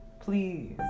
please